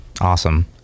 Awesome